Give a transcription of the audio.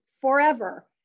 forever